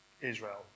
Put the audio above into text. Israel